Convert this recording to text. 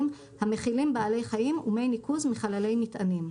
המכילים בעלי חיים ומי ניקוז מחללי מטענים,